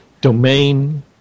domain